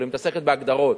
אבל היא מתעסקת בהגדרות,